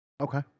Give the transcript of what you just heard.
okay